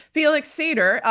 felix sater,